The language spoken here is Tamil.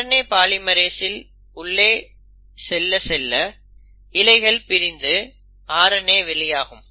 RNA பாலிமெரேஸ் உள்ளே செல்ல செல்ல இழைகள் பிரிந்து RNA வெளிவரும்